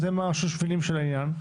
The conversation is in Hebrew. אתם השושבינים של העניין.